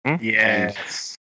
Yes